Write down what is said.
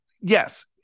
yes